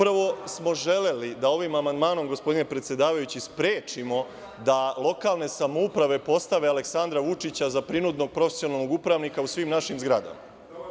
Upravo smo želeli da ovim amandmanom, gospodine predsedavajući, sprečimo da lokalne samouprave postave Aleksandra Vučića za prinudnog profesionalnog upravnika u svim našim zgradama.